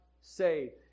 saved